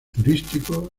turístico